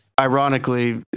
Ironically